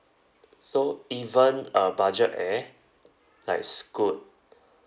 so even a budget air like scoot